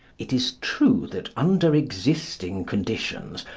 it is true that, under existing conditions,